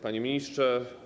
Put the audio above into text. Panie Ministrze!